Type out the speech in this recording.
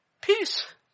peace